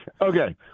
Okay